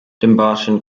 dumbarton